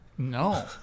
No